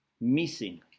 missing